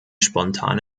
spontan